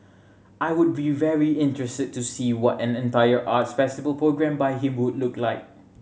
I would be very interested to see what an entire arts festival programmed by him would look like